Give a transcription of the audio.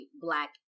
black